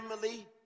family